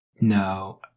No